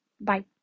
Bye